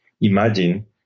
imagine